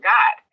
God